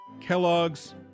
Kellogg's